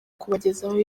kubagezaho